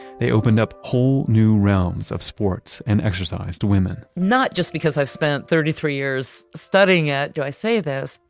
they opened up whole new realms of sports and exercise to women not just because i've spent thirty three years studying it, do i say this.